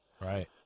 Right